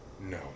No